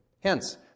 Hence